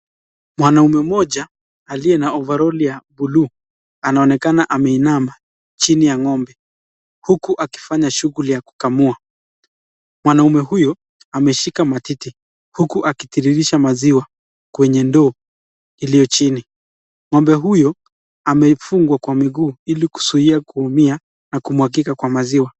Mwanaume mmoja aliye na ovalori ya buluu anaonekana ameinama chini ya ng'ombe, huku akifanya shughuli ya kukamua. Mwanaume huyo ameshika matiti huku akitiririsha maziwa kwenye ndoo ilio chini. Ng'ombe huyo amefungwa kwa miguu ili kuzuia, kuumia, na kumwagika kwa maziwa.